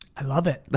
i love it.